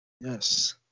Yes